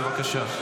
בבקשה.